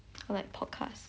or like podcast